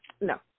No